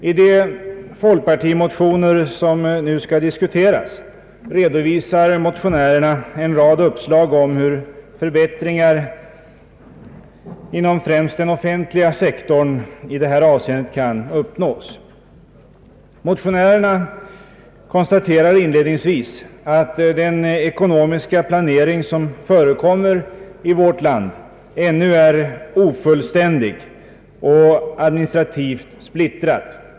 I de folkpartimotioner som nu skall diskuteras redovisar motionärerna en rad uppslag om hur förbättringar i detta avseende kan uppnås, främst inom den offentliga sektorn. Motionärerna konstaterar inledningsvis att den ekonomiska planering som förekommer i vårt land ännu är ofullständig och administrativt splittrad.